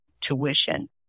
tuition